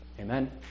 Amen